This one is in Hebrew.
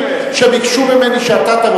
אומר.